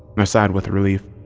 i sighed with relief,